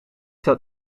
dat